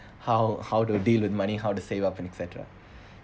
how how to deal with money how to save up et cetera